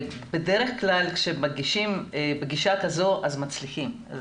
בדרך כלל כשמגישים בגישה כזאת אז מצליחים.